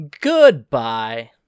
Goodbye